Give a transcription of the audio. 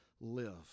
live